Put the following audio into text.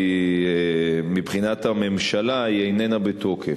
מבחינת הממשלה, איננה בתוקף.